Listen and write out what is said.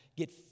Get